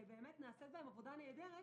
ונעשית בהם עבודה נהדרת,